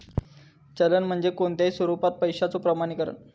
चलन म्हणजे कोणताही स्वरूपात पैशाचो प्रमाणीकरण